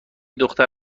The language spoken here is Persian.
دختر